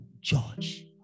George